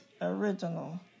original